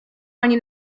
ani